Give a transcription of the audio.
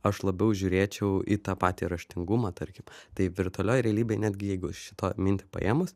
aš labiau žiūrėčiau į tą patį raštingumą tarkim tai virtualioj realybėj netgi jeigu iš šito mintį paėmus